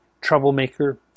troublemaker